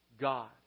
God